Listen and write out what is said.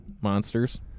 Monsters